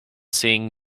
seeing